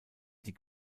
die